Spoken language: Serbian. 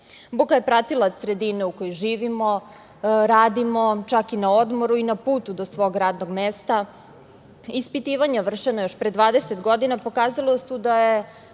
Buka je pratilac sredine u kojoj živimo, radimo, čak i na odmoru i na putu do svog radnog mesta. Ispitivanja vršena još pre dvadeset godina pokazala su da je